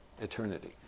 eternity